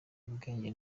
ubwenge